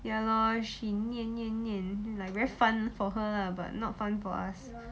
ya lor she 念念念 like very fun for her lah but not fun for us